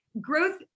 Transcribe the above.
growth